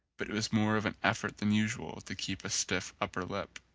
but it was more of an effort than usual to keep a stiff upper lip.